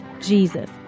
Jesus